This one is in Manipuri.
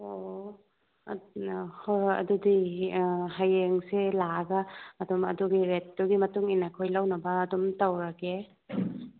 ꯑꯣ ꯑꯣ ꯍꯣꯏ ꯍꯣꯏ ꯑꯗꯨꯗꯤ ꯍꯌꯦꯡꯁꯦ ꯂꯥꯛꯑꯒ ꯑꯗꯨꯝ ꯑꯗꯨꯒꯤ ꯔꯦꯠꯇꯨꯒꯤ ꯃꯇꯨꯡꯏꯟꯅ ꯑꯩꯈꯣꯏ ꯂꯧꯅꯕ ꯑꯗꯨꯝ ꯇꯧꯔꯒꯦ